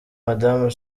madamu